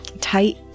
tight